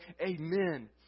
Amen